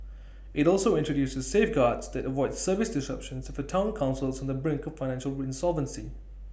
IT also introduces safeguards that avoid service disruptions if A Town Council is on the brink of financial insolvency